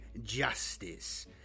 justice